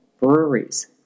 breweries